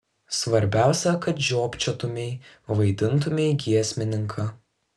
svarbiausia kad žiopčiotumei vaidintumei giesmininką